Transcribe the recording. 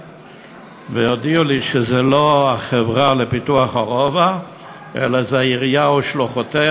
והודיעו לי שזה לא החברה לפיתוח הרובע אלא זו העירייה ושלוחותיה,